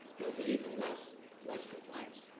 there'll be even less less compliance.